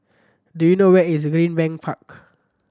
do you know where is Greenbank Park